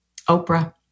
Oprah